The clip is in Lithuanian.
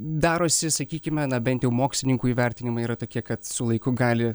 darosi sakykime na bent jau mokslininkų įvertinimai yra tokie kad su laiku gali